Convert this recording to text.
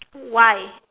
why